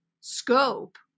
scope